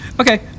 Okay